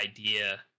idea